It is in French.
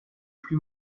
plus